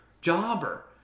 jobber